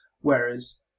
Whereas